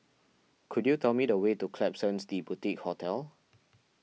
could you tell me the way to Klapsons the Boutique Hotel